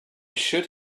should